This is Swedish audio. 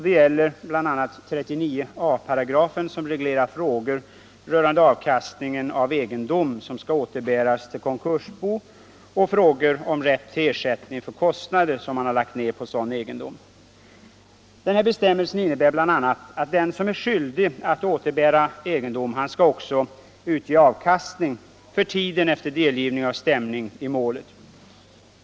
Det gäller bl.a. 39 a §, som reglerar frågor rörande avkastning av egendom, som skall återbäras till konkursbo och frågor om rätt till ersättning för kostnader som man har lagt ner på sådan egendom. Den här bestämmelsen innebär bl.a. att den som är skyldig att återbära egendom också skall utge avkastning för tiden efter delgivning av stämning i målet.